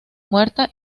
muerta